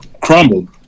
crumbled